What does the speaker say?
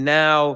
now